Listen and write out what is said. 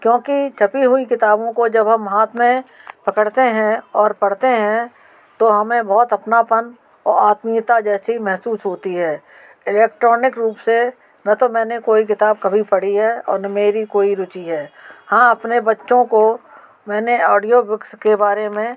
क्योंकि छपी हुई किताबों को जब हम हाथ में पकड़ते हैं और पढ़ते हैं तो हमें बहुत अपनापन और आत्मीयता जैसी महसूस होती है इलेक्ट्रॉनिक रूप से न तो मैंने कोई किताब कभी पढ़ी हैं और न मेरी कोई रुचि है हाँ अपने बच्चों को मैंने ऑडिओ बुक्स के बारे में